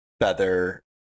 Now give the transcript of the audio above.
feather